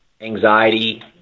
anxiety